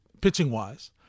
pitching-wise